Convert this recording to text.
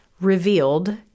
revealed